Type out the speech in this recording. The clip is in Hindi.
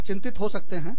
आप चिंतित हो सकते हो